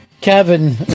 Kevin